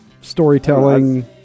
Storytelling